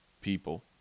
people